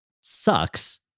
sucks